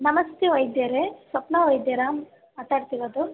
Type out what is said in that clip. ನಮಸ್ತೆ ವೈದ್ಯರೇ ಸಪ್ನಾ ವೈದ್ಯರಾ ಮಾತಾಡ್ತಿರೋದು